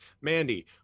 Mandy